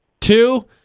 Two